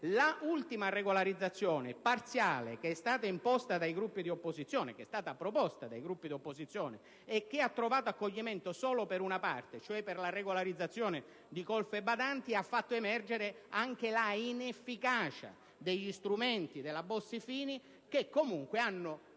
dell'ultima regolarizzazione parziale che è stata proposta dai Gruppi di opposizione e che ha trovato accoglimento solo per una parte, cioè per la regolarizzazione di colf e badanti, e che ha fatto emergere anche l'inefficacia degli strumenti della legge Bossi-Fini, che comunque hanno